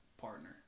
partner